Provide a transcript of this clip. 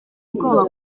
ubwoba